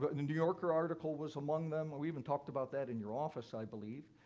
but and and new yorker article was among them. but we even talked about that in your office, i believe.